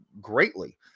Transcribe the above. greatly